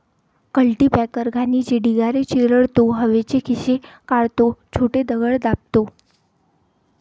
cultipacker घाणीचे ढिगारे चिरडतो, हवेचे खिसे काढतो, छोटे दगड दाबतो